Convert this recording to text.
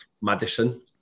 Madison